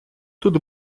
тут